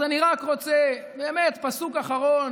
אז אני רק רוצה, באמת, פסוק אחרון.